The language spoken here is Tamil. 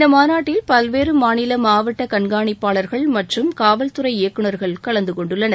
இந்த மாநாட்டில் பல்வேறு மாவட்ட கண்காணிப்பாளர்கள் மற்றும் காவல்துறை இயக்குநர்கள் கலந்து கொண்டுள்ளனர்